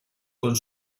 con